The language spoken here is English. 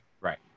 Right